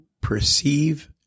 perceive